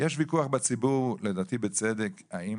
יש ויכוח בציבור, לדעתי בצדק, האם